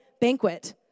banquet